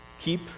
Keep